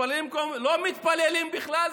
לא מתפללים בכלל,